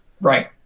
Right